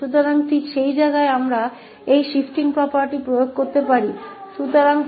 तो ठीक यही वह जगह है जहां हम इस shifting property को लागू कर सकते हैं